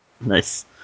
Nice